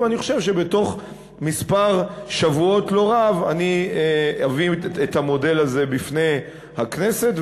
ואני חושב שבתוך מספר שבועות לא רב אני אביא את המודל הזה בפני הכנסת,